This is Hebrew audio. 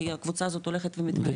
כי הקבוצה הזאת הולכת ומתמעטת.